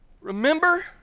Remember